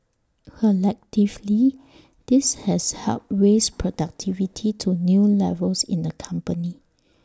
collectively this has helped raise productivity to new levels in the company